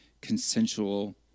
consensual